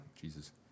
Jesus